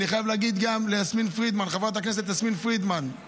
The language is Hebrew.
אני חייב להגיד גם לחברת כנסת יסמין פרידמן,